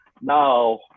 now